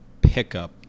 pickup